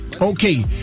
Okay